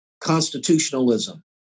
constitutionalism